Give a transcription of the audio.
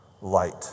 Light